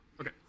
Okay